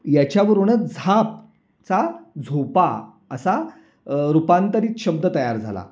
याच्यावरूनच झाप चा झोपा असा रूपांतरित शब्द तयार झाला